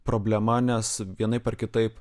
problema nes vienaip ar kitaip